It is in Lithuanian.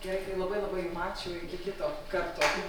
gerai tai labai labai jum ačiū iki kito karto